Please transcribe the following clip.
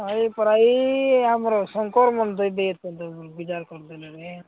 ଭାଇ ପ୍ରାୟ ଆମର ଶଙ୍କର ବିଜାର କରି ଦେଲେରେ